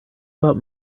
about